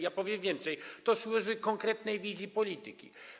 Ja powiem więcej, to służy konkretnej wizji polityki.